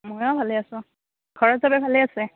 মইও ভালে আছোঁ ঘৰত সবে ভালে আছে